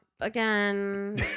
again